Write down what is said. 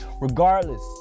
Regardless